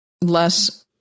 less